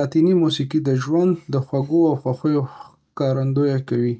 لاتیني موسیقي د ژوند د خوږو او خوښیو ښکارندويي کوي